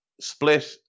split